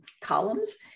columns